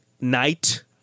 night